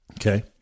okay